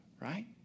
right